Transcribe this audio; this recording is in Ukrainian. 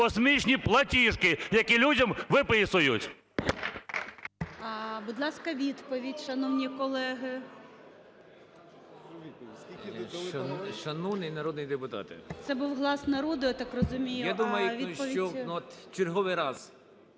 космічні платіжки, які людям виписують?